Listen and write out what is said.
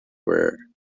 were